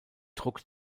druck